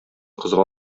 кызга